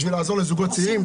בשביל לעזור לזוגות צעירים.